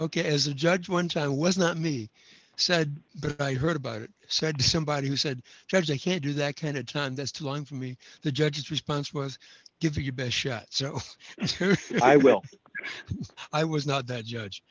ok as a judge one time was not me said i heard about it said somebody who said they can't do that kind of time that's too long for me the judges response was give it your best shot so i well i was not that judge